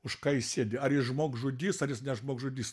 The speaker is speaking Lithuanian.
už ką jis sėdi ar jis žmogžudys ar jis ne žmogžudys